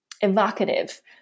evocative